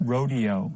Rodeo